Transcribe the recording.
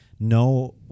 No